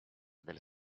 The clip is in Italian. del